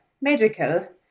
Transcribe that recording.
medical